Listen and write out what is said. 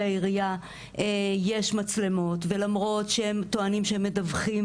העירייה יש מצלמות ולמרות שהם טוענים שהם מדווחים